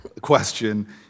question